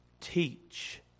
teach